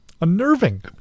unnerving